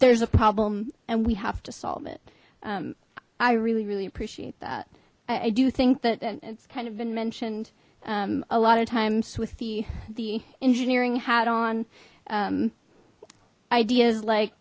there's a problem and we have to solve it i really really appreciate that i do think that it's kind of been mentioned a lot of times with the the engineering hat on ideas like